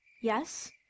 Yes